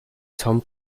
com